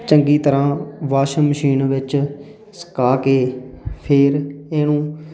ਚੰਗੀ ਤਰ੍ਹਾਂ washing machine ਵਿੱਚ ਸੁਕਾ ਕੇ ਫੇਰ ਇਹਨੂੰ